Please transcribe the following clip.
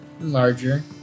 larger